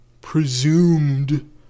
presumed